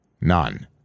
None